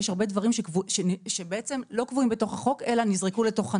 יש הרבה דברים שלא קבועים בתוך החוק אלא נזרקו לתוך הנוהל.